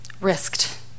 risked